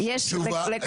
העידוד.